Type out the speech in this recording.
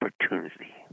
opportunity